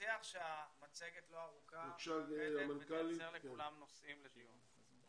יש לנו מצגת לא ארוכה שתאפשר לכולם נושאים לדיון.